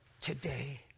today